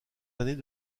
années